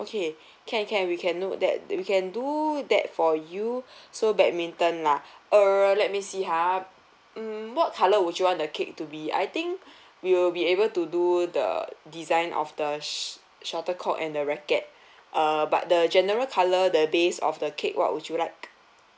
okay can can we can note that we can do that for you so badminton lah err let me see ha mm what colour would you want the cake to be I think we will be able to do the design of the sh~ shuttlecock and the racket uh but the general colour the base of the cake what would you like